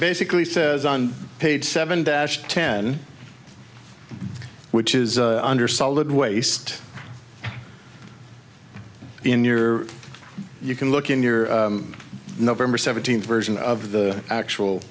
basically says on page seven dash ten which is under solid waste in your you can look in your november seventeenth version of the actual